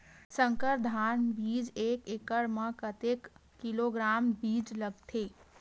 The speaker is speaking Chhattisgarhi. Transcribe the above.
संकर धान बीज एक एकड़ म कतेक किलोग्राम बीज लगथे?